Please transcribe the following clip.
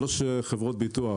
שלוש חברות ביטוח